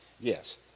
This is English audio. Yes